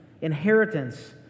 inheritance